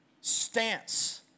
stance